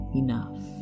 enough